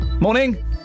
Morning